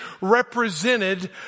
represented